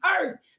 earth